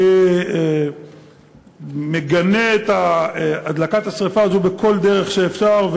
אני מגנה את הדלקת השרפה הזאת בכל דרך שאפשר,